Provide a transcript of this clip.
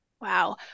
Wow